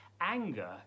anger